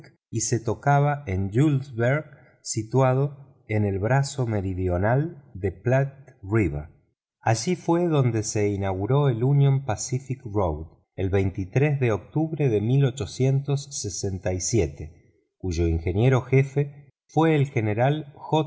y tocaban en julesburgh situado en el brazo meridional del río platte allí fue donde se inauguró el union paciflc el de octubre de cuyo ingeniero jefe fue el general